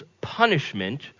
punishment